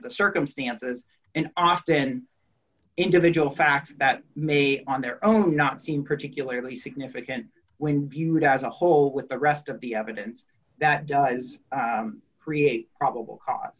of the circumstances and often individual facts that may on their own not seem particularly significant when viewed as a whole with the rest of the evidence that does create probable cause